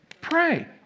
Pray